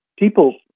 People